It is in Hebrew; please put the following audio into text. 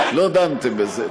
לא דנתם בזה.